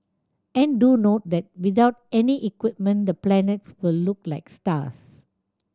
and do note that without any equipment the planets will look like stars